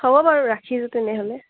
হ'ব বাৰু ৰাখিছোঁ তেনেহ'লে